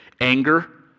Anger